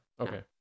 okay